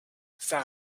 sans